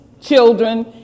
children